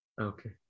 okay